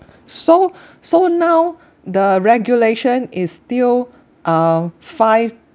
so so now the regulation is still uh five